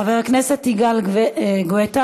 חבר הכנסת יגאל גואטה,